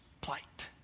plight